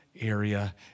area